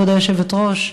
כבוד היושבת-ראש,